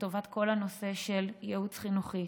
לטובת כל הנושא של ייעוץ חינוכי,